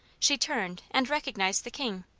she turned, and recognized the king.